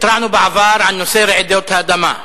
התרענו בעבר על נושא רעידות האדמה.